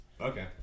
okay